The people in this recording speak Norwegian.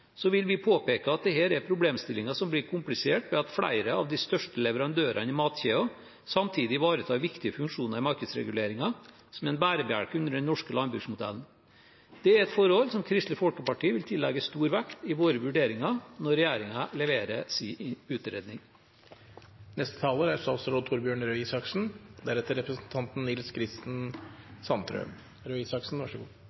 vil vi påpeke at dette er problemstillinger som blir komplisert ved at flere av de største leverandørene i matkjeden samtidig ivaretar viktige funksjoner i markedsreguleringen, som er en bærebjelke under den norske landbruksmodellen. Det er et forhold som Kristelig Folkeparti vil tillegge stor vekt i våre vurderinger når regjeringen leverer sin utredning.